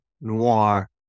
noir